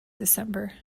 december